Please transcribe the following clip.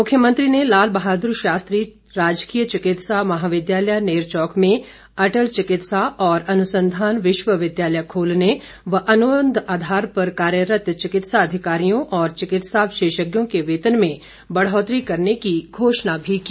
मुख्यमंत्री ने लाल बहादुर शास्त्री राजकीय चिकित्सा महाविद्यालय नेरचौक में अटल चिकित्सा और अनुसंधान विश्वविद्यालय खोलने व अनुबंध आधार पर कार्यरत चिकित्सा अधिकारियों और चिकित्सा विशेषज्ञों के वेतन में बढ़ोतरी करने की घोषणा भी की